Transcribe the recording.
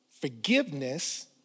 forgiveness